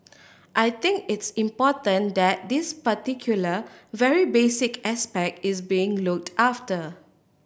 I think it's important that this particular very basic aspect is being looked after